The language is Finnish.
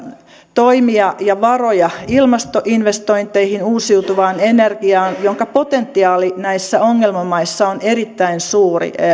toimia ja varoja ilmastoinvestointeihin uusiutuvaan energiaan jonka potentiaali näissä ongelmamaissa on erittäin suuri